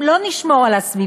אם לא נשמור על הסביבה,